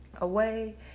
away